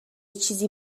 چیزی